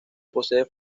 posee